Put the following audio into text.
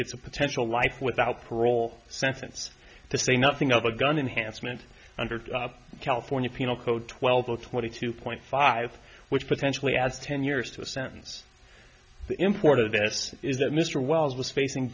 's a potential life without parole sentence to say nothing of a gun enhanced meant under california penal code twelve or twenty two point five which potentially adds ten years to a sentence the import of this is that mr wells was facing